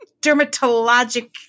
dermatologic